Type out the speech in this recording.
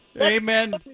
Amen